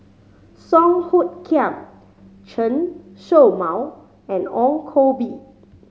Song Hoot Kiam Chen Show Mao and Ong Koh Bee